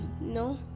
No